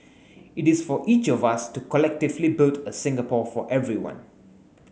it is for each of us to collectively build a Singapore for everyone